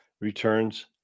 Returns